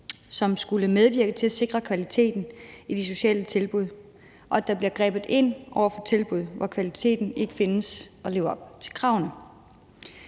som skulle medvirke til at sikre kvaliteten i de sociale tilbud, og at der bliver grebet ind over for tilbud, hvor kvaliteten ikke findes eller lever op til kravene.